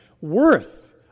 worth